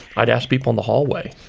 i'd ask people in the hallway,